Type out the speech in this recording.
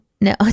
No